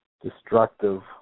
destructive